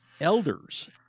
elders